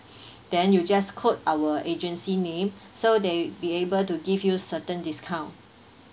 then you just quote our agency name so they will be able to give you certain discount